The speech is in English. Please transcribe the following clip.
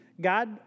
God